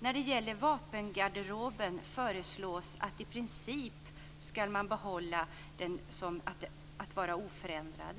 När det gäller vapengarderoben föreslås det att den i princip ska behållas oförändrad.